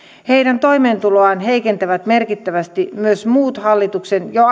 heidän toimeentuloaan heikentävät merkittävästi myös muut hallituksen jo